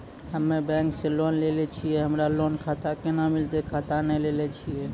हम्मे बैंक से लोन लेली छियै हमरा लोन खाता कैना मिलतै खाता नैय लैलै छियै?